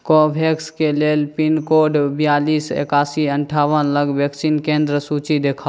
कोवोवैक्सके लेल पिनकोडके बिआलिस एकासी अनठावन लग वैक्सीन केन्द्र सूची देखाउ